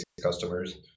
customers